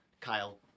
Kyle